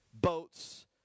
boats